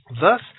Thus